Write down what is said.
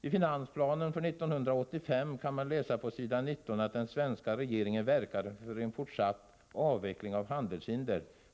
I finansplanen 1985 kan man på s. 19 läsa att den svenska regeringen verkar för en fortsatt avveckling av handelshinder.